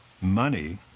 money